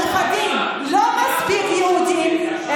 הנכדים לא מספיק יהודים,